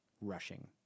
rushing